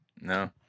no